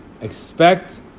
expect